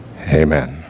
Amen